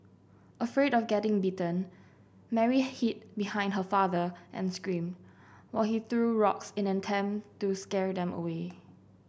afraid of getting bitten Mary hid behind her father and screamed while he threw rocks in an attempt to scare them away